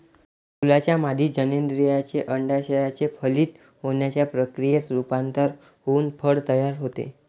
फुलाच्या मादी जननेंद्रियाचे, अंडाशयाचे फलित होण्याच्या प्रक्रियेत रूपांतर होऊन फळ तयार होते